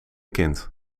kind